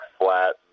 flat